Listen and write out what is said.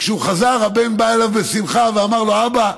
וכשהוא חזר הבן בא אליו בשמחה ואמר לו: אבא,